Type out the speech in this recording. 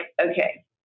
okay